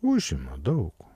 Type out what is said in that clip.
užima daug daug